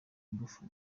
ingufu